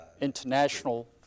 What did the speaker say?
international